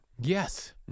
Yes